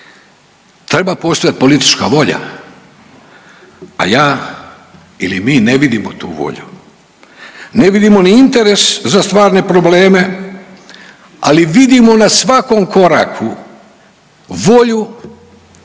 Treba postojati politička volja, a ja ili mi ne vidimo tu volju, ne vidimo ni interes za stvarne probleme, ali vidimo na svakom koraku volju da se